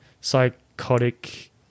Psychotic